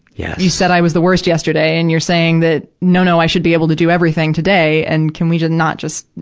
yeah you said i was the worst yesterday, and you're saying that, no, no, i should be able to do everything today. and can we just not just,